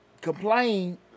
complain